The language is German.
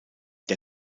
der